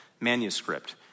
manuscript